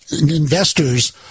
investors